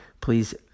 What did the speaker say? Please